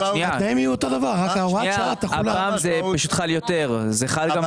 חל גם על מעבר ל-2030.